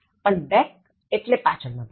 પણ back એટલે પાછળ નો ભાગ